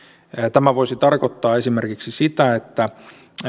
tämä voisi tarkoittaa esimerkiksi sitä että